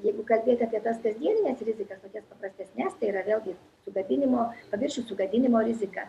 jeigu kalbėti apie tas kasdienines rizikas tokias paprastesnes tai yra vėlgi sugadinimo paviršių sugadinimo rizika